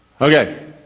Okay